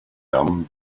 dumb